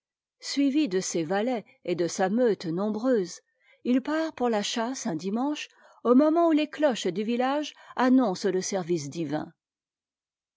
suivi de ses valets et de sa meute nombreuse il part pour la chasse un dimanche au moment où les cloches du yi age annoncent le service divin